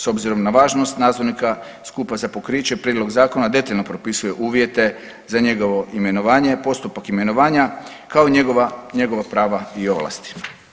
S obzirom na važnost nadzornika skupa za pokriće Prijedlog zakona detaljno propisuje uvjete za njegovo imenovanje, postupak imenovanja kao i njegova prava i ovlasti.